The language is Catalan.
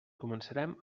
començarem